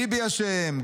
ביבי אשם,